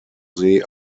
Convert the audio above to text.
see